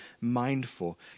mindful